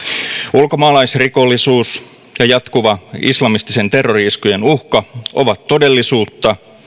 ulkomaalaisrikollisuus ja jatkuva islamististen terrori iskujen uhka ovat todellisuutta